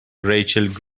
ریچل